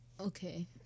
Okay